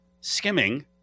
skimming